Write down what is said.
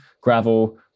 gravel